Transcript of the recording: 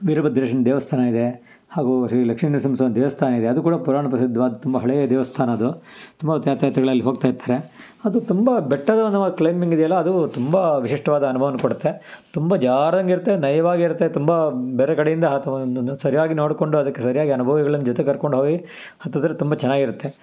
ವೀರ ಭದ್ರೇಶನ ದೇವಸ್ಥಾನ ಇದೆ ಹಾಗೂ ಶ್ರೀ ಲಕ್ಷ್ಮಿ ನರಸಿಂಹ ಸ್ವಾಮಿ ದೇವಸ್ಥಾನ ಇದೆ ಅದು ಕೂಡ ಪುರಾಣ ಪ್ರಸಿದ್ಧವಾದ ತುಂಬ ಹಳೆಯ ದೇವಸ್ಥಾನ ಅದು ತುಂಬ ಯಾತಾರ್ಥಿಗಳು ಅಲ್ಲಿ ಹೋಗ್ತಾಯಿರ್ತಾರೆ ಅದು ತುಂಬ ಬೆಟ್ಟದ ಕ್ಲೈಮಿಂಗ್ ಇದ್ಯಲ್ಲ ಅದೂ ತುಂಬ ವಿಶಿಷ್ಟವಾದ ಅನ್ಭವನ ಕೊಡುತ್ತೆ ತುಂಬ ಜಾರೋಂಗೆ ಇರುತ್ತೆ ನಯವಾಗಿ ಇರುತ್ತೆ ತುಂಬ ಬೇರೆ ಕಡೆಯಿಂದ ಒಂದೊಂದು ಸರಿಯಾಗಿ ನೋಡ್ಕೊಂಡು ಅದಕ್ಕೆ ಸರಿಯಾಗಿ ಅನುಭವಿಗಳನ್ನ ಜೊತೆಗೆ ಕರ್ಕೊಂಡೋಗಿ ಹತ್ತಿದ್ರೆ ತುಂಬ ಚೆನ್ನಾಗಿರುತ್ತೆ